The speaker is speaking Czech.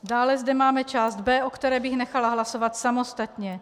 Dále zde máme část B, o které bych nechala hlasovat samostatně.